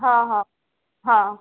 हां हां हां